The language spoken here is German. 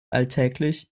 alltäglich